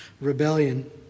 rebellion